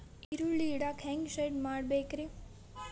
ಈರುಳ್ಳಿ ಇಡಾಕ ಹ್ಯಾಂಗ ಶೆಡ್ ಮಾಡಬೇಕ್ರೇ?